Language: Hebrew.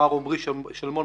מר עומרי שלמון,